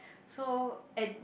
so at